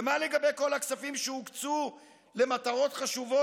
ומה לגבי כל הכספים שהוקצו למטרות חשובות